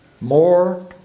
more